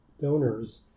donors